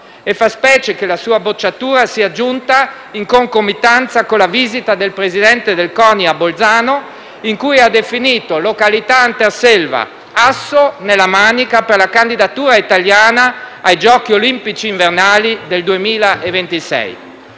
Fa specie che la sua bocciatura sia giunta in concomitanza con la visita del Presidente del CONI a Bolzano, che ha definito la località Anterselva «asso nella manica» per la candidatura italiana ai giochi olimpici invernali del 2026.